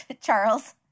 Charles